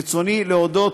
ברצוני להודות